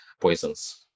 poisons